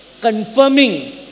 confirming